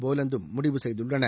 போலந்தும் முடிவு செய்துள்ளன